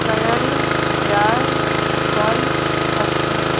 कयल जाय चुकल अछि